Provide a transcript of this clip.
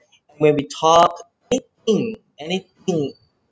where we talk anything anything